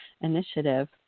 initiative